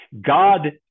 God